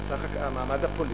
על המעמד הפוליטי,